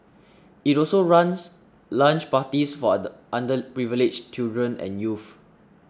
it also runs lunch parties for underprivileged children and youth